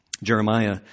Jeremiah